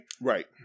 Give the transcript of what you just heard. Right